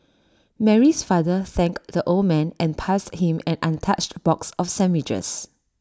Mary's father thanked the old man and passed him an untouched box of sandwiches